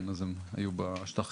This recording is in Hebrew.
אז עוד לא הייתה החלוקה הזאת,